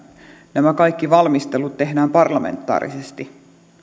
nämä kaikki valmistelut tehdään parlamentaarisesti